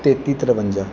ਤੇਤੀ ਤਰਵੰਜਾ